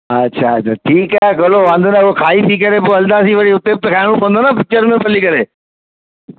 अच्छा त ठीकु आहे हलो वांदो न आहे खाई पी करे पो हलंदासीं वरी हुते बि त खाइणो पवंदो न पिचर में बि हली करे